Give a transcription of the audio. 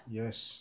yes